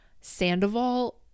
Sandoval